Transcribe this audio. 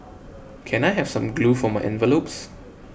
can I have some glue for my envelopes